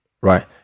right